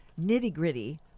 nitty-gritty